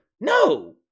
No